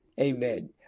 Amen